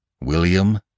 William